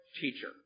teacher